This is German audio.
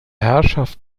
herrschaft